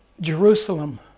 Jerusalem